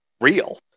real